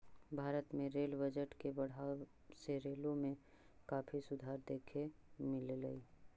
भारत में rail budget के बढ़ावे से रेलों में काफी सुधार देखे मिललई